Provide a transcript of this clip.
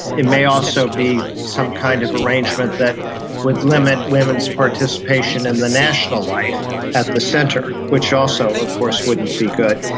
it may also be some kind of arrangement that would limit women's participation in the national life at the centre, which also of course wouldn't be good.